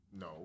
No